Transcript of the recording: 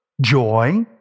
joy